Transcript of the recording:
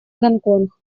гонконг